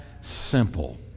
simple